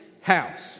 house